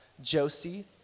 Josie